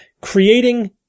creating